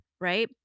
right